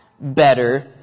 better